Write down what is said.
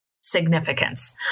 significance